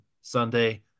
Sunday